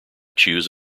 choose